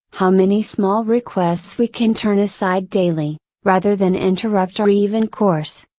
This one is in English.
how many small requests we can turn aside daily, rather than interrupt our even course.